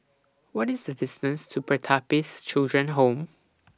What IS The distance to Pertapis Children Home